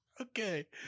okay